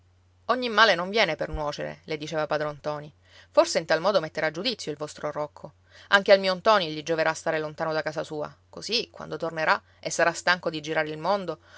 ogni male non viene per nuocere le diceva padron ntoni forse in tal modo metterà giudizio il vostro rocco anche al mio ntoni gli gioverà stare lontano da casa sua così quando tornerà e sarà stanco di girare il mondo